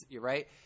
right